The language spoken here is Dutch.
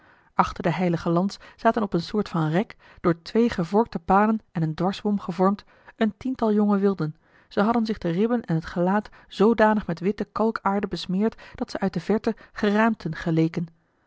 achter de heilige lans zaten op eene soort van rek door twee gevorkte palen en een dwarsboom gevormd een tiental jonge wilden ze hadden zich de ribben en het gelaat zoodanig met witte kalkaarde besmeerd dat ze uit de verte geraamten geleken